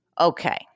Okay